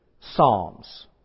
psalms